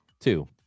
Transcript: two